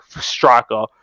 striker